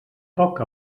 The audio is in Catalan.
poc